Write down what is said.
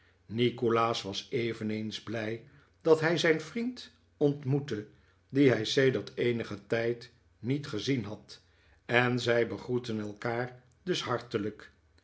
nikolaas was eveneens blij dat hij zijn vriend ontmoette dien hij sedert eenigen tijd niet gezien had en zij begroetten elkaar dus hartelijk